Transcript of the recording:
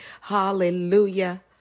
hallelujah